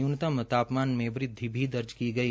न्यूनतम तापामन में वृद्धि दर्ज की गई